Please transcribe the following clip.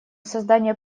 создание